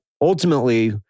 ultimately